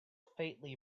faintly